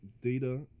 data